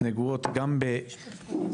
נגועות גם באי-חוקיות,